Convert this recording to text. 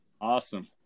Awesome